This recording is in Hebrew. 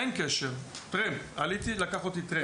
אין קשר, טרמפ: "עליתי, לקח אותי טרמפ".